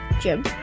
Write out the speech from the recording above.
Jim